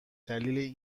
دلیل